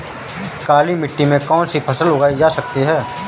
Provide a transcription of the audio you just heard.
काली मिट्टी में कौनसी फसल उगाई जा सकती है?